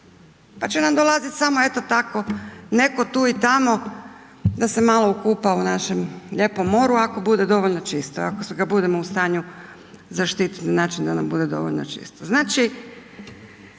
Pa će nam dolaziti samo eto tako netko tu i tamo da se malo okupa u našem lijepom moru ako bude dovoljno čisto, ako ga budemo u stanju zaštiti na način da nam bude dovoljno čisto.